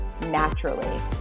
naturally